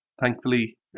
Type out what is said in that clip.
thankfully